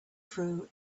through